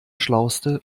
schlauste